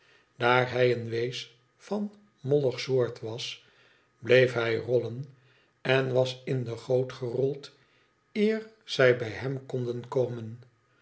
daar hij een wees van mollig soort was bleef hij rollen en was in de goot gerold eer zij bij hem konden komen